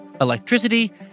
electricity